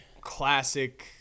classic